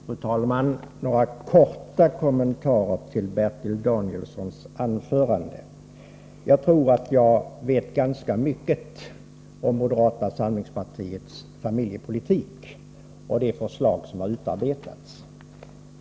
Fru talman! Några korta kommentarer till Bertil Danielssons anförande. Jag tror att jag vet ganska mycket om moderata samlingspartiets familjepolitik och det förslag som har utarbetats.